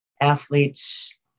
athletes